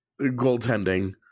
goaltending